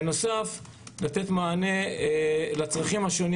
בנוסף, ניתן מענה לצרכים השונים